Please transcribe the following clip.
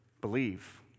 believe